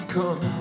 Come